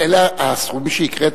הסכומים שהקראת,